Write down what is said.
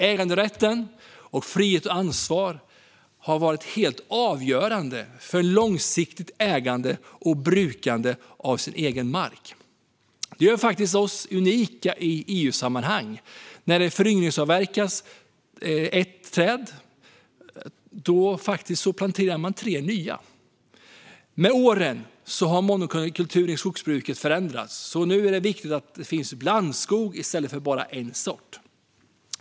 Äganderätten och friheten under ansvar har varit helt avgörande för långsiktigt ägande och brukande av egen mark. Det gör oss faktiskt unika i EU-sammanhang. När man föryngringsavverkar ett träd planterar man tre nya. Med åren har monokulturen i skogsbruket förändrats - nu är det viktigt att det finns blandskog i stället för bara en sort.